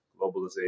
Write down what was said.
globalization